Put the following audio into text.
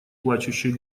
плачущий